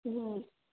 હમ